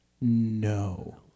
no